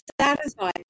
satisfied